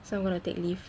so I'm gonna take leave